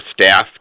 staff